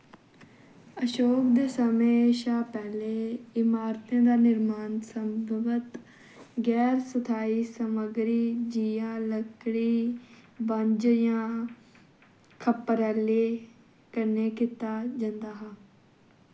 अशोक दे समें शा पैह्लें इमारतें दा निर्माण संभवता गैर स्थाई समग्गरी जि'यां लकड़ी बंझ जां खप्परैलें कन्नै कीता जंदा हा